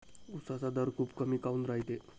उसाचा दर खूप कमी काऊन रायते?